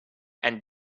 and